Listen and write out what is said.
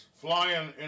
flying